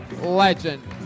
Legend